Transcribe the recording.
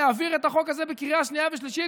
להעביר את החוק הזה בקריאה שנייה ושלישית.